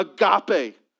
agape